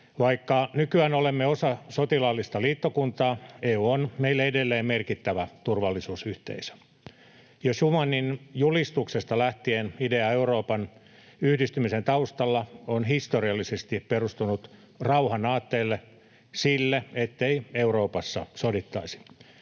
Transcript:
Vaikka nykyään olemme osa sotilaallista liittokuntaa, EU on meille edelleen merkittävä turvallisuusyhteisö. Jo Schumanin julistuksesta lähtien idea Euroopan yhdistymisen taustalla on historiallisesti perustunut rauhanaatteelle, sille, ettei Euroopassa sodittaisi.